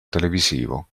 televisivo